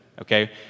okay